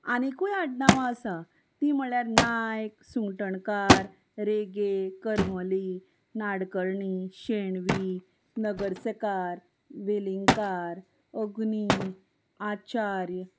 आनीकूय आडनांवां आतां तीं म्हळ्यार नायक सुंगटणकार रेगे करमली नाडकर्णी शेणवी नगरसकार वेलिंकार अग्नी आचार्य